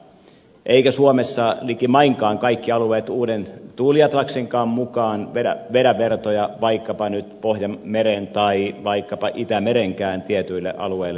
eivätkä suomessa likimainkaan kaikki alueet uuden tuuliatlaksenkaan mukaan vedä vertoja vaikkapa nyt pohjanmeren tai vaikkapa itämerenkään tietyille alueille